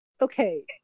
okay